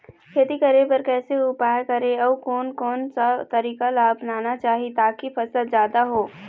खेती करें बर कैसे उपाय करें अउ कोन कौन सा तरीका ला अपनाना चाही ताकि फसल जादा हो?